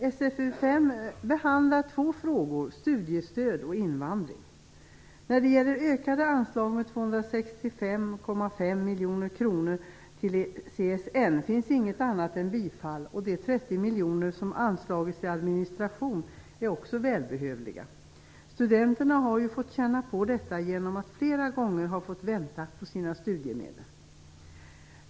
Fru talman! I SfU5 behandlas två frågor: studiestöd och invandring. När det gäller ökade anslag med 265,5 miljoner kronor till CSN finns inget annat än bifall. De 30 miljoner som anslagits till administration är också välbehövliga - det har de studenter fått känna av som flera gånger har fått vänta på sina studiemedel.